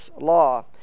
law